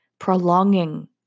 Prolonging